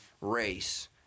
race